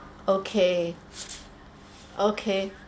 okay okay